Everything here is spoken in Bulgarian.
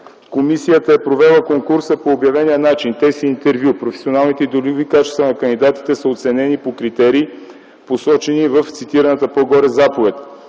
Комисията е провела конкурса по обявения начин – тест и интервю. Професионалните и делови качества на кандидатите са оценени по критерии, посочени в цитираната по-горе заповед.